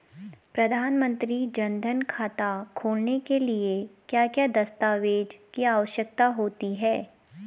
प्रधानमंत्री जन धन खाता खोलने के लिए क्या क्या दस्तावेज़ की आवश्यकता होती है?